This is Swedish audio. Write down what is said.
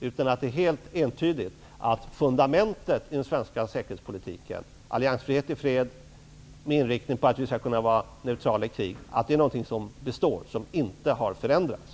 Det skall vara helt entydigt att fundamentet i den svenska säkerhetspolitiken -- alliansfrihet i fred med inriktning på att vi skall kunna vara neutrala i krig -- består och inte har förändrats.